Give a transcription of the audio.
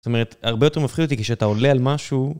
זאת אומרת, הרבה יותר מפחיד אותי כשאתה עולה על משהו...